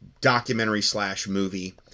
documentary-slash-movie